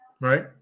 right